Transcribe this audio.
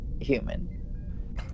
human